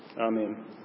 Amen